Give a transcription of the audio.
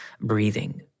breathing